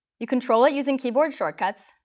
you control it using keyboard shortcuts,